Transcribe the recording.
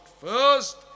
first